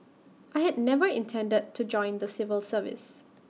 I had never intended to join the civil service